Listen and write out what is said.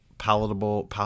Palatable